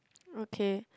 okay